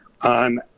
on